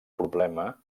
problema